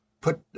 put